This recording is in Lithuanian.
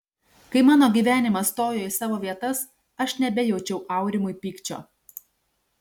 kai mano gyvenimas stojo į savo vietas aš nebejaučiau aurimui pykčio